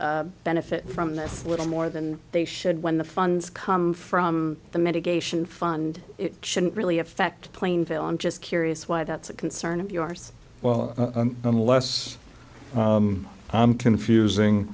to benefit from that a little more than they should when the funds come from the medication fund it shouldn't really affect plainville i'm just curious why that's a concern of yours well unless i'm confusing